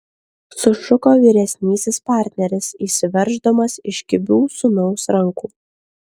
sušuko vyresnysis partneris išsiverždamas iš kibių sūnaus rankų